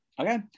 Okay